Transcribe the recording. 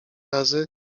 razy